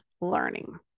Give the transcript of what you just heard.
learning